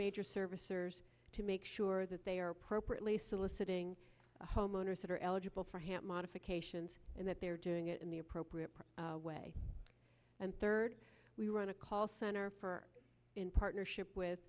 major servicers to make sure that they are appropriately soliciting the homeowners that are eligible for hand modifications and that they're doing it in the appropriate way and third we run a call center for in partnership